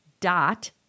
dot